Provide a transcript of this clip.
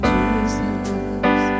Jesus